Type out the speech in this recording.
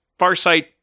Farsight